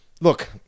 look